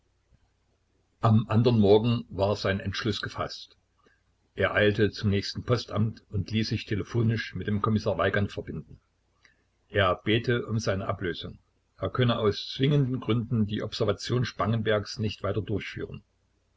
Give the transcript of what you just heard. am andern morgen war sein entschluß gefaßt er eilte zum nächsten postamt und ließ sich telefonisch mit dem kommissar weigand verbinden er bäte um seine ablösung er könne aus zwingenden gründen die observation spangenbergs nicht weiter durchführen